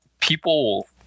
people